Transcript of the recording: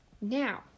now